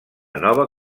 nova